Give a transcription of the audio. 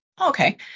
Okay